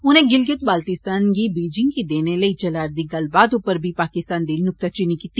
उनें गलिगित बालतीस्तान गी बिजिंग गी देने लेई चलारदी गल्लबात उप्पर बी पाकिस्तान दी नुक्ताचीनी कीती